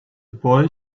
boy